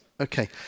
Okay